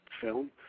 film